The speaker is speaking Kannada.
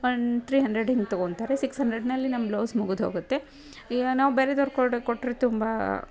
ಒಂದು ತ್ರೀ ಹಂಡ್ರೆಡ್ ಹಿಂಗೆ ತೊಗೊಳ್ತಾರೆ ಸಿಕ್ಸ್ ಹಂಡ್ರೆಡ್ನಲ್ಲಿ ನಮ್ಮ ಬ್ಲೌಸ್ ಮುಗ್ದು ಹೋಗುತ್ತೆ ಈಗ ನಾವು ಬೇರೆಯೋರ್ ಕೂಡ ಕೊಟ್ಟರೆ ತುಂಬ